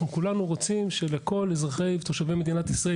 אנחנו כולנו רוצים שלכל אזרחי ותושבי מדינת ישראל